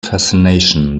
fascination